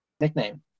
nickname